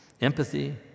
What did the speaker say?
Empathy